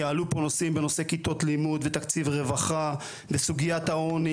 יעלו פה נושאים בנושא כיתות לימוד ותקציב רווחה וסוגיית העוני